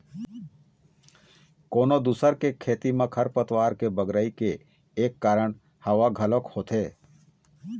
कोनो दूसर खेत म खरपतवार के बगरई के एक कारन हवा घलोक होथे